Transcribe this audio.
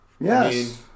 Yes